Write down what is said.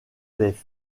des